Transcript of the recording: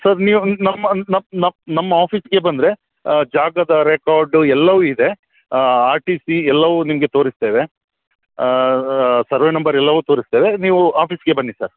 sir ನೀವು ನಮ್ಮ ನಮ್ಮ ನಮ್ಮ ನಮ್ಮ ಆಫೀಸ್ಗೆ ಬಂದರೆ ಜಾಗದ ರೆಕೊರ್ಡು ಎಲ್ಲವೂ ಇದೆ ಆರ್ ಟಿ ಸಿ ಎಲ್ಲವೂ ನಿಮಗೆ ತೋರಿಸ್ತೇವೆ ಸರ್ವೆ ನಂಬರ್ ಎಲ್ಲವೂ ತೋರಿಸ್ತೇವೆ ನೀವು ಆಫೀಸ್ಗೆ ಬನ್ನಿ ಸರ್